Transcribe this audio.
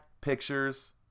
pictures